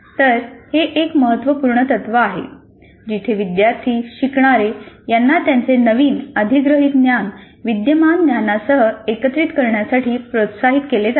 तर हे एक महत्त्वपूर्ण तत्व आहे जिथे विद्यार्थी शिकणारे यांना त्यांचे नवीन अधिग्रहित ज्ञान विद्यमान ज्ञानासह एकत्रित करण्यासाठी प्रोत्साहित केले जाते